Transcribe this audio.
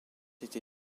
été